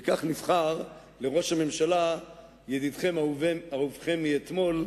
וכך נבחר לראש הממשלה ידידכם אהובכם מאתמול,